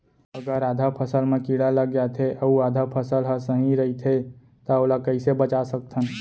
अगर आधा फसल म कीड़ा लग जाथे अऊ आधा फसल ह सही रइथे त ओला कइसे बचा सकथन?